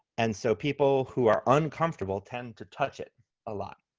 and so people who are uncomfortable tend to touch it a lot.